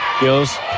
Gills